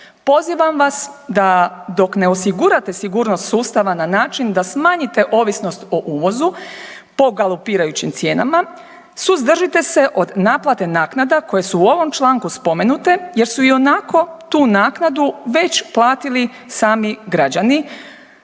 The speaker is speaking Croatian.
Pozivam vas da dok ne osigurate sigurnost sustava na način da smanjite ovisnost o uvozu po galopirajućim cijenama suzdržite se od naplate naknada koje su u ovom članku spomenute jer su ionako tu naknadu već platili sami građani,